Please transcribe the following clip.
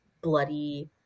bloody